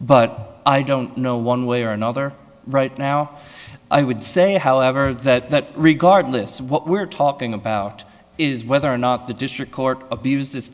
but i don't know one way or another right now i would say however that regardless what we're talking about is whether or not the district court abuse